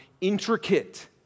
intricate